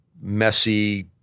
messy